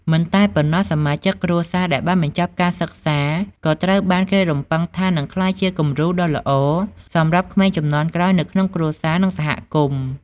មិនតែប៉ុណ្ណោះ សមាជិកគ្រួសារដែលបានបញ្ចប់ការសិក្សា ក៏ត្រូវបានគេរំពឹងថានឹងក្លាយជាគំរូដ៏ល្អសម្រាប់ក្មេងជំនាន់ក្រោយនៅក្នុងគ្រួសារ និងសហគមន៍។